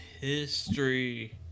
history